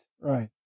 right